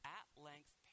at-length